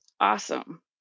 Awesome